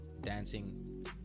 dancing